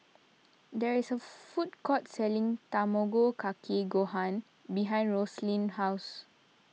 there is a food court selling Tamago Kake Gohan behind Rosaline's house